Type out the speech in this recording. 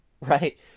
right